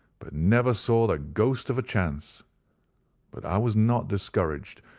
but never saw the ghost of a chance but i was not discouraged,